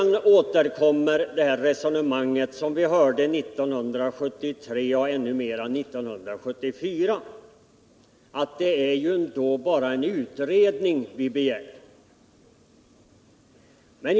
Nu återkommer det resonemang som vi hörde 1973 och ännu mer 1974, att det bara är en utredning som man begär.